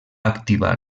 activar